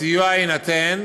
הסיוע יינתן